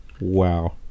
Wow